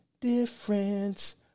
difference